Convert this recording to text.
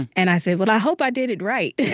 and i said, well, i hope i did it right.